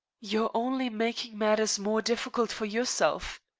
you're only making matters more difficult for yourself.